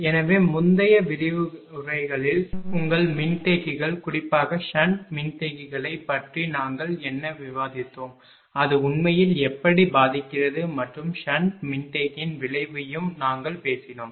எனவே முந்தைய விரிவுரைகளில் உங்கள் மின்தேக்கிகள் குறிப்பாக ஷன்ட் மின்தேக்கிகளைப் பற்றி நாங்கள் என்ன விவாதித்தோம் அது உண்மையில் எப்படி பாதிக்கிறது மற்றும் ஷன்ட் மின்தேக்கியின் விளைவையும் நாங்கள் பேசினோம்